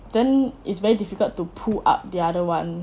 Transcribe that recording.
then it's very difficult to pull up the other [one]